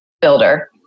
builder